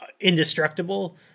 indestructible